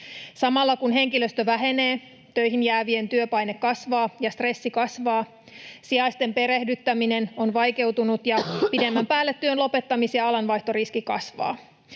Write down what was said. Samalla kun henkilöstö vähenee, töihin jäävien työpaine kasvaa ja stressi kasvaa, sijaisten perehdyttäminen on vaikeutunut ja pidemmän päälle työn lopettamis- ja alanvaihtoriski kasvavat.